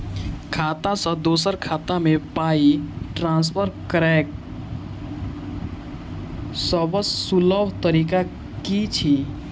खाता सँ दोसर खाता मे पाई ट्रान्सफर करैक सभसँ सुलभ तरीका की छी?